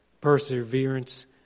perseverance